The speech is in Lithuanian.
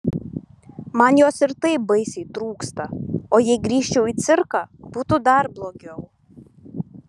man jos ir taip baisiai trūksta o jei grįžčiau į cirką būtų dar blogiau